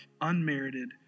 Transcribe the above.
unmerited